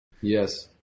Yes